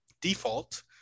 default